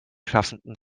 schafften